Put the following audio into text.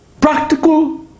Practical